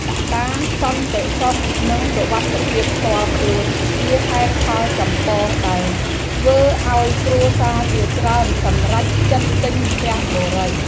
កត្តាសន្តិសុខនិងសុវត្ថិភាពផ្ទាល់ខ្លួនជាហេតុផលចម្បងដែលធ្វើឱ្យគ្រួសារជាច្រើនសម្រេចចិត្តទិញផ្ទះបុរី។